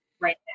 right